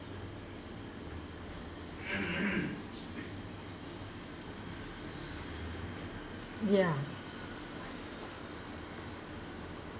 ya